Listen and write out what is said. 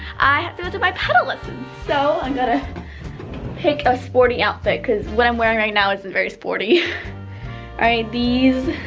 i have to go to my paddle lessons. so i'm gonna pick a sporty outfit cause what i'm wearing right now isn't very sporty. all right these